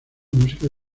música